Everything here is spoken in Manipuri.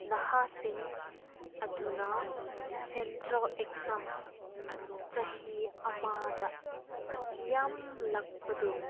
ꯅꯍꯥꯁꯤꯡ ꯑꯗꯨꯅ ꯁꯦꯟꯇ꯭ꯔꯦꯜ ꯑꯦꯛꯖꯥꯝ ꯆꯍꯤ ꯑꯃꯗ ꯌꯥꯝ ꯂꯥꯛꯄꯗꯣ